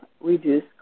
reduce